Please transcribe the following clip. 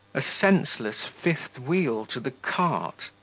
a senseless fifth wheel to the cart.